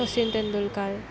Sachin Tendulkar